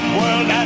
world